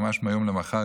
ממש מהיום למחר,